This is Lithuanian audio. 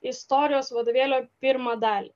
istorijos vadovėlio pirmą dalį